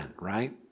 right